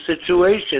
situation